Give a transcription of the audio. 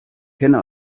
kenne